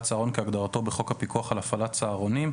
צהרון כהגדרתו בחוק הפיקוח על הפעלת צהרונים,